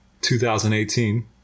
2018